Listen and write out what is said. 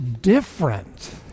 different